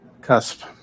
cusp